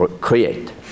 create